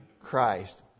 Christ